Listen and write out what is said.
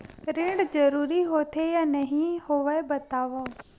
ऋण जरूरी होथे या नहीं होवाए बतावव?